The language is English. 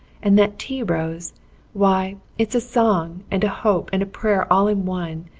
and that tea rose why, it's a song and a hope and a prayer all in one.